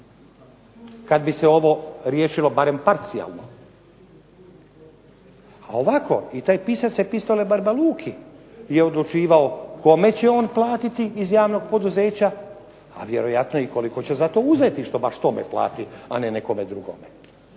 kad bi se ovo riješilo barem parcijalno? A ovako i taj pisac epistole barba Luki je odlučivao kome će on platiti iz javnog poduzeća, a vjerojatno i koliko će za to uzeti što baš tome plati, a ne nekome drugome.